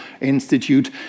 Institute